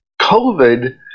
COVID